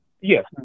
Yes